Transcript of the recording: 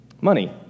Money